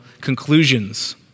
conclusions